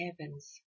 heavens